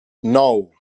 nou